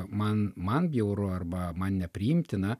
man man bjauru arba man nepriimtina